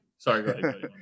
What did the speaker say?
Sorry